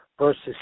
versus